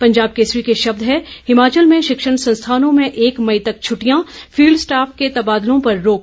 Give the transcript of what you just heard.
पंजाब केसरी के शब्द हैं हिमाचल में शिक्षण संस्थानों में एक मई तक छट्टिटयां फील्ड स्टाफ के तबादलों पर रोक